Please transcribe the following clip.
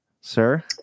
sir